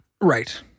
Right